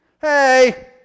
Hey